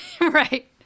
Right